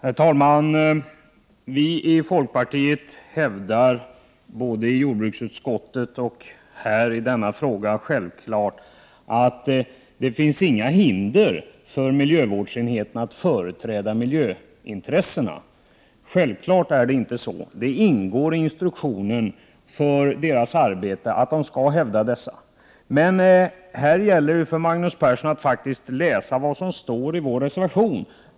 Herr talman! Vi i folkpartiet hävdar både i jordbruksutskottet och i denna fråga att det inte finns några hinder för miljövårdsenheterna att företräda miljöintressena. Självfallet finns det inte det. Det ingår i instruktionen för deras arbete att de skall hävda dessa. Här gäller det för Magnus Persson att läsa vad som faktiskt står i vår reservation.